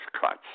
cuts